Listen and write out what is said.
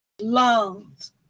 lungs